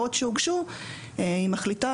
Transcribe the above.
האסמכתאות שהוגשו היא מחליטה,